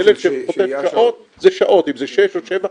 ילד שחוטף שעות זה שעות, אם זה שש או שבע.